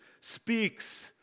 speaks